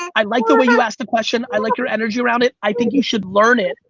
i like the way you ask the question. i like your energy around it. i think you should learn it.